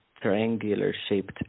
triangular-shaped